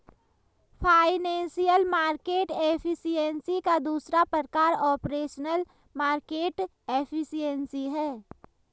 financial market efficiency का दूसरा प्रकार ऑपरेशनल मार्केट एफिशिएंसी है